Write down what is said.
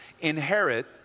inherit